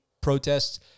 protests